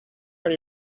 are